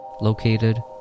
located